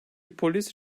polis